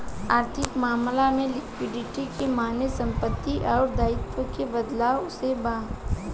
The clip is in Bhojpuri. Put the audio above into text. आर्थिक मामला में लिक्विडिटी के माने संपत्ति अउर दाईत्व के बदलाव से बा